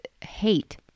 hate